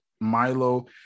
Milo